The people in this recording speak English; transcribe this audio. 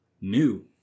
new